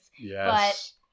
Yes